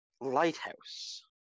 lighthouse